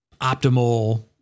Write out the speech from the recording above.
optimal